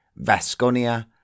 Vasconia